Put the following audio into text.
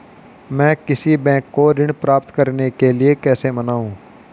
मैं किसी बैंक को ऋण प्राप्त करने के लिए कैसे मनाऊं?